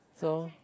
so